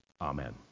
Amen